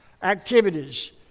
activities